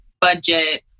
budget